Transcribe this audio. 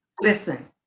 Listen